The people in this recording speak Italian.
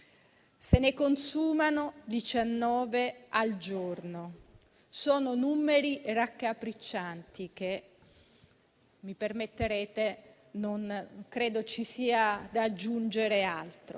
Se ne consumano 19 al giorno: sono numeri raccapriccianti, a cui - mi permetterete - non credo sia da aggiungere altro.